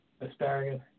asparagus